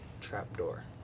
trapdoor